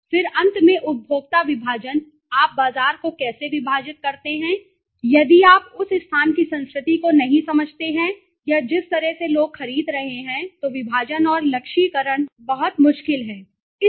फिर अंत में उपभोक्ता विभाजन आप बाजार को कैसे विभाजित करते हैं यदि आप उस स्थान की संस्कृति को नहीं समझते हैं या जिस तरह से लोग खरीद रहे हैं तो विभाजन और लक्ष्यीकरण बहुत मुश्किल और स्थिति में भी हो जाता है